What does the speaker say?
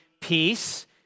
peace